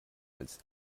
als